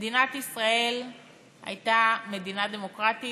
מדינת ישראל הייתה מדינה דמוקרטית,